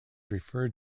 referred